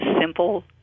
simple